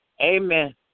Amen